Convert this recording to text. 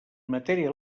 matèria